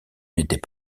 n’était